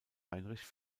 heinrich